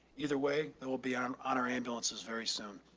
either way there will be on on our ambulances very soon.